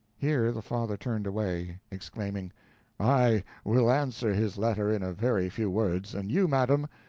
here the father turned away, exclaiming i will answer his letter in a very few words, and you, madam,